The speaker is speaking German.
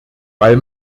weil